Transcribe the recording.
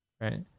Right